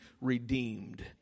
redeemed